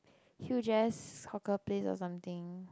huge ass hawker place or something